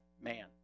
man